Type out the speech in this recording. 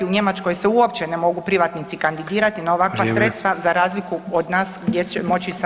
U Njemačkoj se uopće ne mogu privatnici kandidirati [[Upadica Sanader: Vrijeme.]] na ovakva sredstva za razliku od nas gdje će moći sa 12%